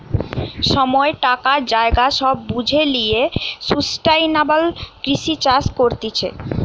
সময়, টাকা, জায়গা সব বুঝে লিয়ে সুস্টাইনাবল কৃষি চাষ করতিছে